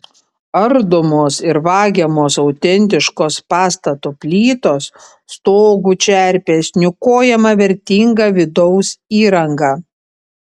ardomos ir vagiamos autentiškos pastato plytos stogų čerpės niokojama vertinga vidaus įranga